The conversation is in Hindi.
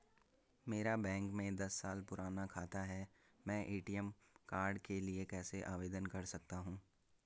मेरा बैंक में दस साल पुराना खाता है मैं ए.टी.एम कार्ड के लिए कैसे आवेदन कर सकता हूँ?